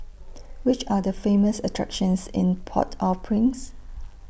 Which Are The Famous attractions in Port Au Prince